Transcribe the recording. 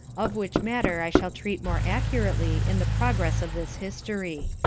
of which matter i shall treat more accurately in the progress of this history.